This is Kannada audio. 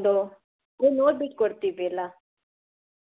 ಒಂದು ಹ್ಞೂ ನೋಡ್ಬಿಟ್ಟು ಕೋಡ್ತೀವಿ ಎಲ್ಲ